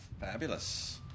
Fabulous